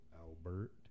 Albert